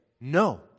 no